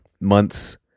months